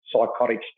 psychotic